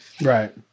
Right